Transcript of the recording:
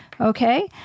Okay